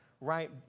right